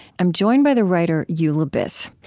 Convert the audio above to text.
i'm joined by the writer eula biss.